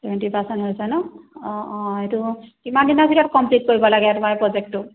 twenty percent হৈছে ন অঁ অঁ এইটো কিমান দিনৰ ভিতৰত কমপ্লিট কৰিব লাগে তোমাৰ প্ৰজেক্টটো